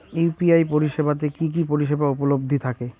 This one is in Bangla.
ইউ.পি.আই পরিষেবা তে কি কি পরিষেবা উপলব্ধি থাকে?